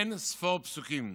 אין ספור פסוקים,